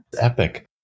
epic